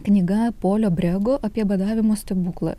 knyga polio brego apie badavimo stebuklą